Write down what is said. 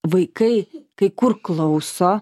vaikai kai kur klauso